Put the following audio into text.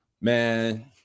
man